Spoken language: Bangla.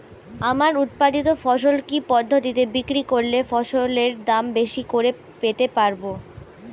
আমার উৎপাদিত ফসল কি পদ্ধতিতে বিক্রি করলে ফসলের দাম বেশি করে পেতে পারবো?